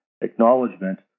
acknowledgement